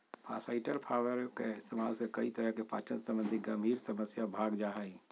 फास्इटर फाइबर के इस्तेमाल से कई तरह की पाचन संबंधी गंभीर समस्या भाग जा हइ